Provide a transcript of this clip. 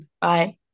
Bye